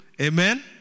Amen